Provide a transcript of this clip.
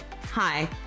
Hi